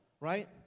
Right